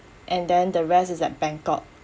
and then the rest is at bangkok